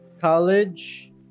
college